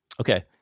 Okay